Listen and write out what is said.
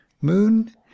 Moon